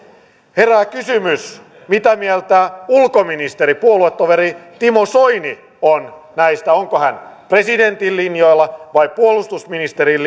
herää kysymys mitä mieltä ulkoministeri puoluetoveri timo soini on näistä onko hän presidentin linjoilla vai puolustusministerin